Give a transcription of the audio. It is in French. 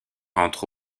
entre